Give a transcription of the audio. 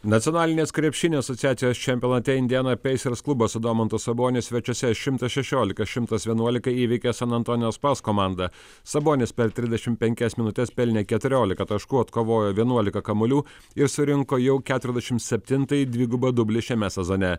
nacionalinės krepšinio asociacijos čempionate indiana pacers klubas su domantu saboniu svečiuose šimtas šešiolika šimtas vienuolika įveikė san antonijaus spurs komandą sabonis per trisdešim penkias minutes pelnė keturiolika taškų atkovojo vienuiolika kamuolių ir surinko jau keturiasdešim septintąjį dvigubą dublį šiame sezone